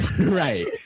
right